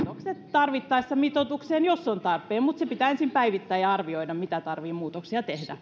muutokset tarvittaessa mitoitukseen jos on tarpeen mutta se pitää ensin päivittää ja arvioida mitä muutoksia tarvitsee tehdä